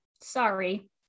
sorry